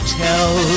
tell